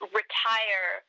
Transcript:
retire